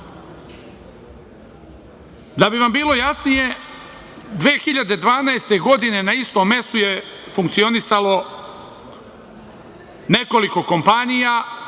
bi vam bilo jasnije, 2012. godine na istom mestu je funkcionisalo nekoliko kompanija,